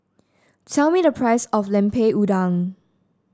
tell me the price of Lemper Udang